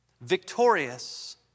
victorious